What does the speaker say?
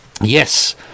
yes